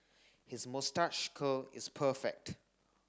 his moustache curl is perfect